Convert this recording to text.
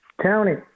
County